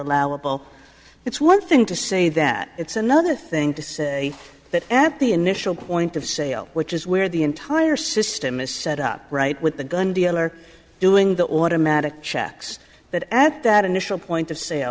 allowable it's one thing to say that it's another thing to say that at the initial point of sale which is where the entire system is set up right with the gun dealer doing the automatic checks that at that initial point of sale